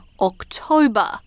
October